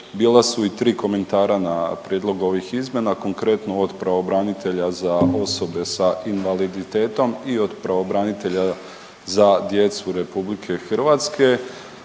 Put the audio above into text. bila su i tri komentara na prijedlog ovih izmjena, konkretno od pravobranitelja za osobe sa invaliditetom i od pravobranitelja za djecu RH, konkretno